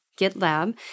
GitLab